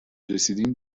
رسیدین